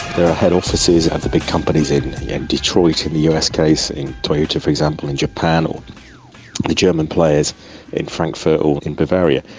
there are head offices at the big companies in detroit in the us case, toyota, for example, in japan, or the german players in frankfurt or in bavaria.